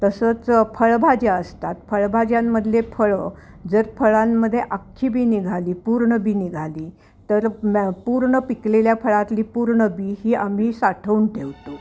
तसंच फळभाज्या असतात फळभाज्यांमधले फळं जर फळांमध्ये अख्खी बी निघाली पूर्ण बी निघाली तर म पूर्ण पिकलेल्या फळातली पूर्ण बी ही आम्ही साठवून ठेव तो